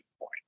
point